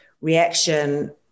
reaction